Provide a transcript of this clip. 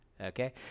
okay